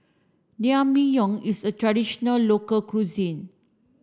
Naengmyeon is a traditional local cuisine